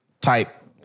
type